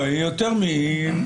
היא יותר מהערה לשונית.